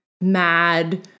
mad